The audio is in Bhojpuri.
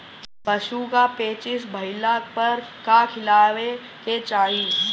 पशु क पेचिश भईला पर का खियावे के चाहीं?